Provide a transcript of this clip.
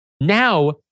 Now